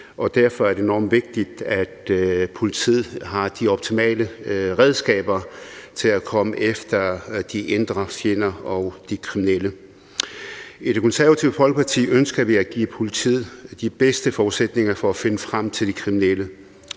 derfor er det enormt vigtigt, at politiet har de optimale redskaber til at komme efter de indre fjender og de kriminelle. I Det Konservative Folkeparti ønsker vi at give politiet de bedste forudsætninger for at finde frem til de kriminelle,